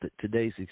today's